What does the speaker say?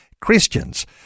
Christians